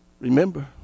remember